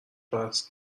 بحث